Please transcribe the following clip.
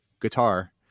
guitar